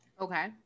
okay